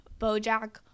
Bojack